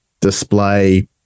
display